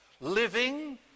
living